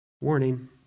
Warning